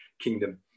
kingdom